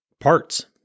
parts